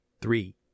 Three